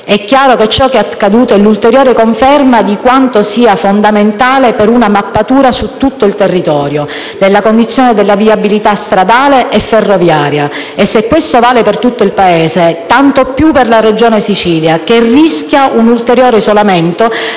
È chiaro che ciò che è accaduto è l'ulteriore conferma di quanto sia fondamentale fare una mappatura su tutto il territorio della condizione della viabilità stradale e ferroviaria e, se questo vale per tutto il nostro Paese, tanto più per la Regione Siciliana, che rischia un ulteriore isolamento